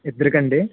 ఇద్దరికి అండి